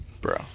Bro